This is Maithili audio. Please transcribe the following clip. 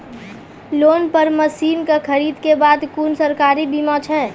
लोन पर मसीनऽक खरीद के बाद कुनू सरकारी बीमा छै?